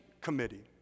committee